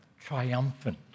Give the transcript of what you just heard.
triumphant